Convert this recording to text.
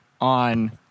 on